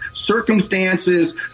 circumstances